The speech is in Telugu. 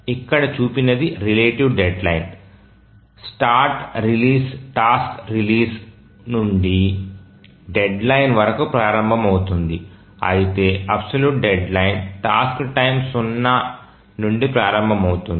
ఇక్కడ చూపినది relative deadline start release task release నుండి డెడ్ లైన్ వరకు ప్రారంభమవుతుంది అయితే అబ్సొల్యూట్ డెడ్లైన్ టాస్క్ టైమ్ సున్నా నుండి ప్రారంభమవుతుంది